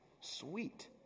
sweet